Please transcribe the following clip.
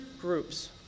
groups